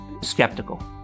skeptical